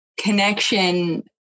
connection